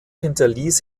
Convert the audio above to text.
hinterließ